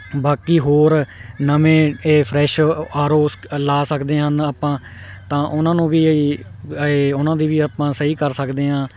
ਬਾਕੀ ਹੋਰ ਨਵੇਂ ਇਹ ਫਰੈਸ਼ ਆਰ ਓਸ ਲਗਾ ਸਕਦੇ ਹਨ ਆਪਾਂ ਤਾਂ ਉਹਨਾਂ ਨੂੰ ਵੀ ਉਹਨਾਂ ਦੀ ਵੀ ਆਪਾਂ ਸਹੀ ਕਰ ਸਕਦੇ ਹਾਂ